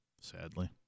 sadly